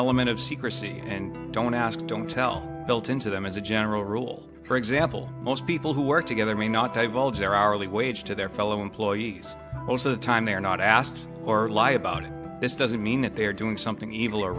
element of secrecy and don't ask don't tell built into them as a general rule for example most people who work together may not divulge their hourly wage to their fellow employees most of the time they're not asked or lie about it this doesn't mean that they're doing something evil or